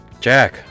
jack